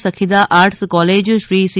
Sakhida arts કોલેજશ્રી C